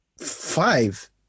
Five